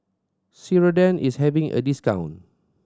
Ceradan is having a discount